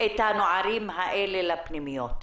את הנערים האלה לפנימיות.